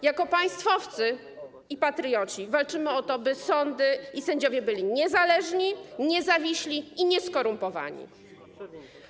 Jako państwowcy i patrioci walczymy o to, by sądy i sędziowie byli niezależni, niezawiśli i nieskorumpowani.